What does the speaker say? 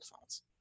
phones